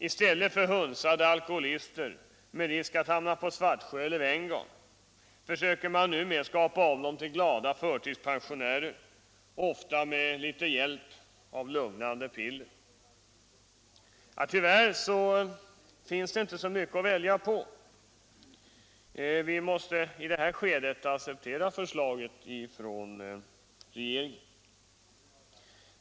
I stället för att ta hand om hunsade alkoholister som riskerar att hamna på Svartsjö eller Venngarn försöker man numera skapa om samma människor till ”glada förtidspensionärer”, ofta med viss hjälp av lugnande piller. Nr 45 Tyvärr finns det inte så mycket att välja på — vi måste acceptera för Tisdagen den slaget.